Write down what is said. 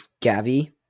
gavi